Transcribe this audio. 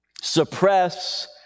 Suppress